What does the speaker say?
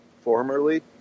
formerly